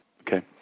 okay